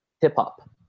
Hip-hop